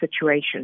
situation